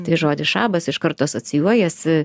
tai žodis šabas iš karto asocijuojasi